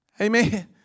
Amen